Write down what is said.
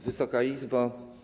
Wysoka Izbo!